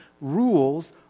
rules